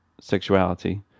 sexuality